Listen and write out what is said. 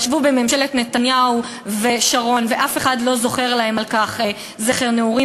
שישבו בממשלת נתניהו ושרון ואף אחד לא זוכר להם על כך חסד נעורים,